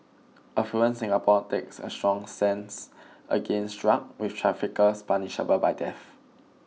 affluent Singapore takes a strong stance against drugs with traffickers punishable by death